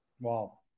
Wow